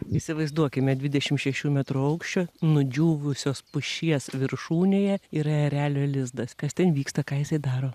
įsivaizduokime dvidešimt šešių metrų aukščio nudžiūvusios pušies viršūnėje yra erelio lizdas kas ten vyksta ką jisai daro